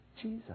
Jesus